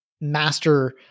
master